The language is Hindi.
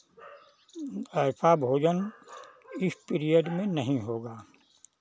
ऐसा भोजन इस पीरियड में नहीं होगा